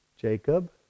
Jacob